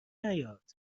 نیاد